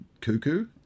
cuckoo